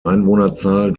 einwohnerzahl